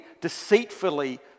deceitfully